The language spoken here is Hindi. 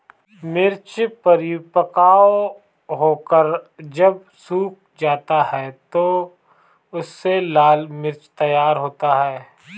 मिर्च परिपक्व होकर जब सूख जाता है तो उससे लाल मिर्च तैयार होता है